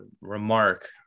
remark